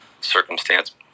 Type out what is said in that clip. circumstance